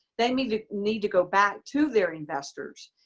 they may need to go back to their investors.